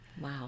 Wow